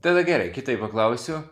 tada gerai kitaip paklausiu